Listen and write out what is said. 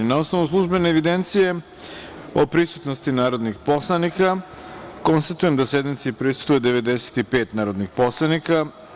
Na osnovu službene evidencije o prisutnosti narodnih poslanika, konstatujem da sednici prisustvuju 95 narodnih poslanika.